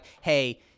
hey